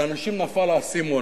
לאנשים נפל האסימון.